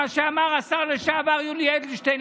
מה שאמר השר לשעבר יולי אדלשטיין,